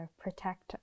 protect